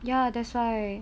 ya that's why